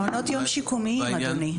מעונות שיקומיים, אדוני.